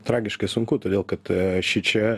tragiškai sunku todėl kad šičia